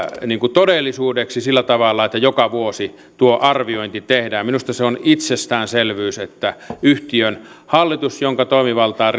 todellisuudeksi sillä tavalla että joka vuosi tuo arviointi tehdään minusta se on itsestäänselvyys että yhtiön hallitus jonka toimivaltaan